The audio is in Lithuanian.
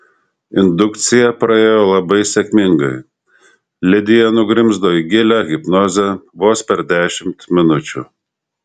indukcija praėjo labai sėkmingai lidija nugrimzdo į gilią hipnozę vos per dešimt minučių